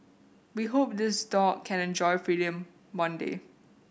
we hope this dog can enjoy free one day